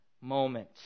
moment